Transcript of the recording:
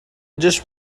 just